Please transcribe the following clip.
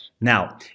Now